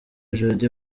jody